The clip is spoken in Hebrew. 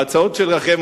ההצעות שלכם,